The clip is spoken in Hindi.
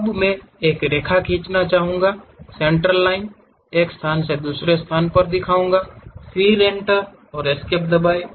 अब मैं एक रेखा खींचना चाहूंगा सेंटरलाइन एक स्थान से दूसरे स्थान पर दिखाऊँगा फिर एंटर एस्केप दबाएं